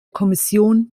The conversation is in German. kommission